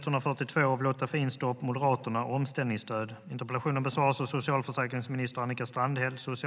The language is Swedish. Herr talman!